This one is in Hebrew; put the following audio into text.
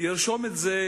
ירשום את זה